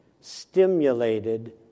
stimulated